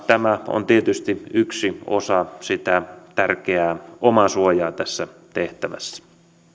tämä on tietysti yksi osa sitä tärkeää omasuojaa tässä tehtävässä